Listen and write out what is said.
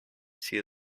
see